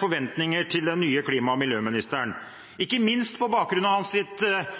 forventninger til den nye klima- og miljøministeren, ikke minst på bakgrunn av hans